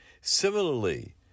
Similarly